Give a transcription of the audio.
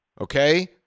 Okay